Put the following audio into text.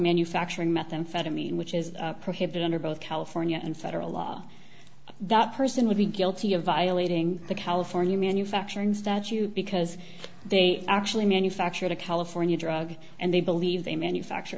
manufacturing methamphetamine which is prohibited under both california and federal law that person would be guilty of violating the california manufacturing statute because they actually manufactured a california drug and they believe they manufacture